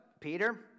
Peter